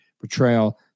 portrayal